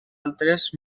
altres